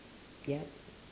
yup